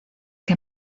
que